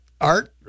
Art